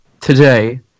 today